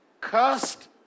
cursed